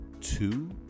two